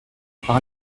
par